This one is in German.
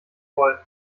voll